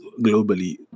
globally